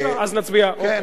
אז נצביע, אוקיי.